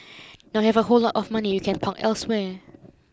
now you have a whole lot of money you can park elsewhere